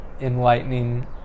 enlightening